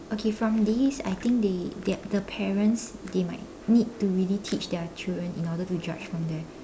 okay from these I think they the parents they might need to really teach their children in order to judge from there